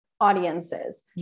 audiences